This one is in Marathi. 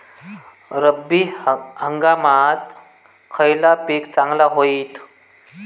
रब्बी हंगामाक खयला पीक चांगला होईत?